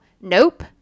Nope